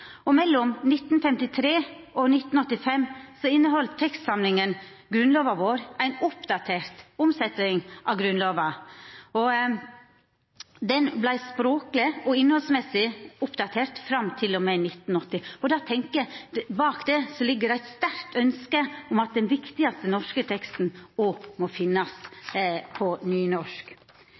1906. Mellom 1953 og 1985 inneheldt tekstsamlinga «Grunnloven vår» ei oppdatert omsetjing av Grunnlova. Ho vart oppdatert med omsyn til språk og innhald fram til og med 1980. Da tenkjer eg at bak det ligg det eit sterkt ønske om at den viktigaste norske teksten òg må finnast på nynorsk.